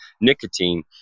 nicotine